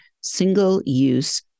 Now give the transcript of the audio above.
single-use